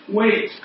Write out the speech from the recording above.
wait